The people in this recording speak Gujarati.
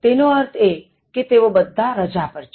તેનો અર્થ એ કે તેઓ બધા રજા પર છે